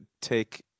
take